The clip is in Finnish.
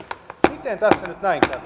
miten tässä nyt